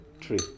three